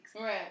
Right